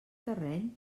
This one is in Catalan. terreny